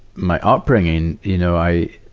my upbringing, you know, i,